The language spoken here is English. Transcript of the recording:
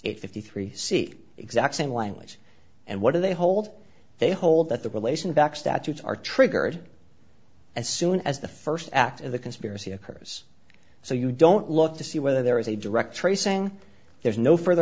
it fifty three see the exact same language and what do they hold they hold that the relation back statutes are triggered as soon as the st act of the conspiracy of hers so you don't look to see whether there is a direct tracing there's no further